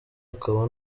akaba